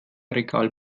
regal